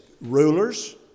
Rulers